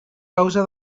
causa